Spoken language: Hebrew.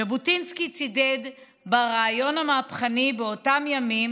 ז'בוטינסקי צידד ברעיון המהפכני באותם ימים